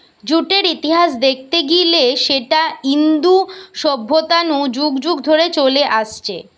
জুটের ইতিহাস দেখতে গিলে সেটা ইন্দু সভ্যতা নু যুগ যুগ ধরে চলে আসছে